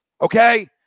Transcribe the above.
Okay